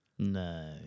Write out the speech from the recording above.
No